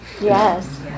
yes